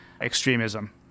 extremism